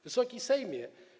Wysoki Sejmie!